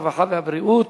הרווחה והבריאות